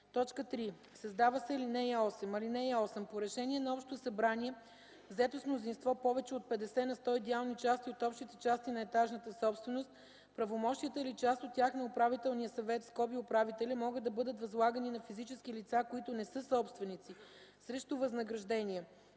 3. Създава се ал. 8: „(8) По решение на общото събрание, взето с мнозинството повече от 50 на сто идеални части от общите части на етажната собственост, правомощията или част от тях на управителния съвет (управителя) могат да бъдат възлагани на физически лица, които не са собственици, срещу възнаграждение.